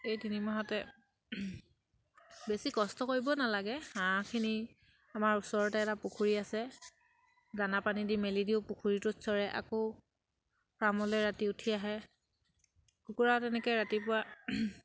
এই তিনিমাহতে বেছি কষ্ট কৰিব নালাগে হাঁহখিনি আমাৰ ওচৰতে এটা পুখুৰী আছে দানা পানী দি মেলি দিওঁ পুখুৰীটোত চৰে আকৌ ফাৰ্মলে ৰাতি উঠি আহে কুকুৰাও তেনেকে ৰাতিপুৱা